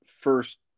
first